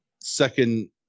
second